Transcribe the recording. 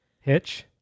Hitch